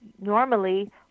normally